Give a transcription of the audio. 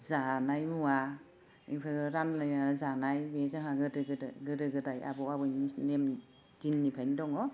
जानाय मुवा रानलायनानै जानाय बेयो जोंहा गोदो गोदो गोदो गोदाय आबै आबौनि नेम दिननिफायनो दङ